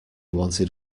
wanted